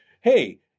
Hey